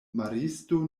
maristo